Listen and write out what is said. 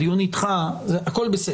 הדיון נדחה והוא לא הגיע.